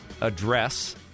address